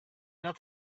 not